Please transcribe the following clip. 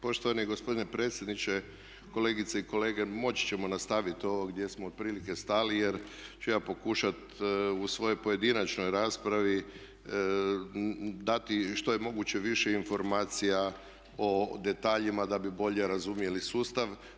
Poštovani gospodine predsjedniče, kolegice i kolege moći ćemo nastaviti ovo gdje smo otprilike stali jer ću ja pokušati u svojoj pojedinačnoj raspravi dati što je moguće više informacija o detaljima da bi bolje razumjeli sustav.